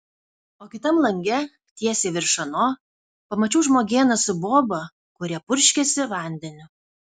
o kitam lange tiesiai virš ano pamačiau žmogėną su boba kurie purškėsi vandeniu